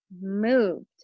moved